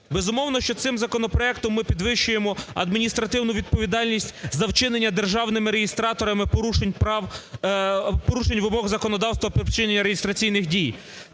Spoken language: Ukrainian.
безумовно, що цим законопроектом ми підвищуємо адміністративну відповідальність за вчинення державними реєстраторами порушень прав, порушень вимог законодавства про вчинення реєстраційних дій.